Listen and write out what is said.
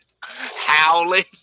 howling